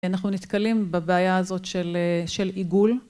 אנחנו נתקלים בבעיה הזאת של עיגול.